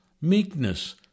meekness